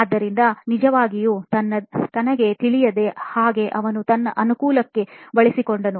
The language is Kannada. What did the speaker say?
ಆದ್ದರಿಂದ ನಿಜವಾಗಿಯೂ ತನಗೆ ತಿಳಿಯದೆ ಹಾಗೆ ಅವನು ತನ್ನ ಅನುಕೂಲಕ್ಕೆ ಬಳಸಿಕೊಂಡನು